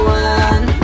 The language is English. one